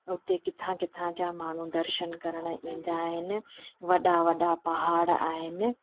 उते किथां किथां जा माण्हू दर्शन करणु ईंदा आहिनि वॾा वॾा पहाड़ आहिनि